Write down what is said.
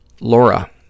Laura